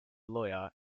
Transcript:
lawyer